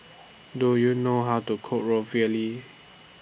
Do YOU know How to Cook Ravioli